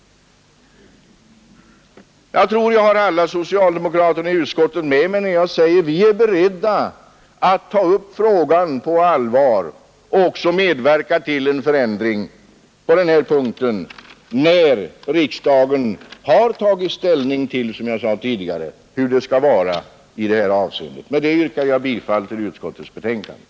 Jag tror att jag har alla socialdemokrater i utskottet med mig när jag säger att vi är beredda att ta upp frågan på allvar och medverka till en förändring på denna punkt när riksdagen har fattat beslut om statschefens ställning. Jag yrkar bifall till utskottets hemställan.